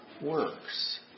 works